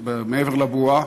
מעבר לבועה,